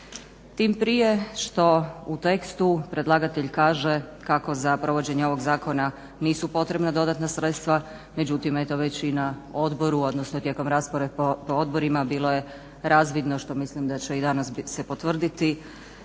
Tim prije što u tekstu predlagatelj kaže kako za provođenje ovog zakona nisu potrebna dodatna sredstva, međutim eto većina odboru, odnosno tijekom rasprave po odborima bilo je razvidno, što mislim da će i danas se potvrditi,